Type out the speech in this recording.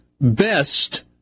best